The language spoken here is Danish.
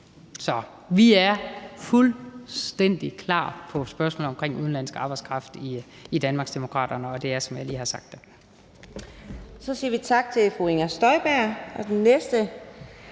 Så vi er fuldstændig klar på spørgsmålet om udenlandsk arbejdskraft i Danmarksdemokraterne, og det er, som jeg lige har sagt. Kl. 14:50 Fjerde